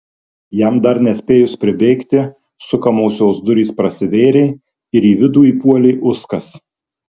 jam dar nespėjus pribėgti sukamosios durys prasivėrė ir į vidų įpuolė uskas